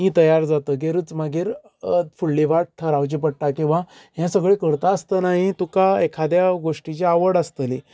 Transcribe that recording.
ती तयार जातगीरच मागीर फुडली वाट थारावची पडटा किंवां हें सगळे करता आसतना एकादे गोष्टीची आवड आसतली